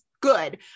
good